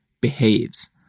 behaves